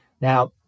Now